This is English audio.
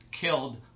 killed